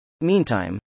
Meantime